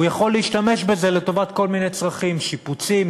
הוא יכול להשתמש בזה לטובת כל מיני צרכים: שיפוצים,